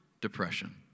depression